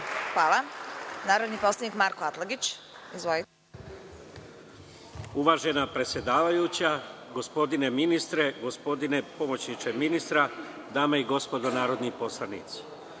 ima narodni poslanik Marko Atlagić: **Marko Atlagić** Uvažena predsedavajuća, gospodine ministre, gospodine pomoćniče ministra, dame i gospodo narodni poslanici,